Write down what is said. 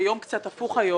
זה יום קצת הפוך היום,